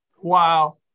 wow